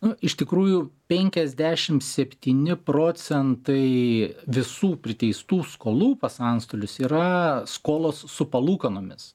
nu iš tikrųjų penkiasdešimt septyni procentai visų priteistų skolų pas antstolius yra skolos su palūkanomis